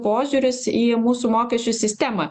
požiūris į mūsų mokesčių sistemą